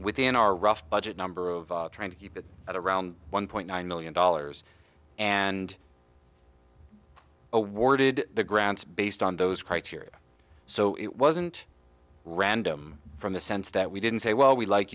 within our rough budget number of trying to keep it at around one point nine million dollars and awarded the grants based on those criteria so it wasn't random from the sense that we didn't say well we like